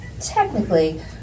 technically